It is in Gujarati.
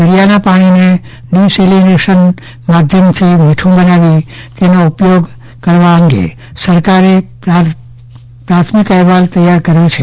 દરિયાના પાણીને ડિસેલીરેશન માધ્યમથી મીઠું બનાવી તેનો ઉપયોગત કરવા માટે સરકારે પ્રાથમિક અહેવાલ તેયાર કર્યો છે